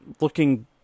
looking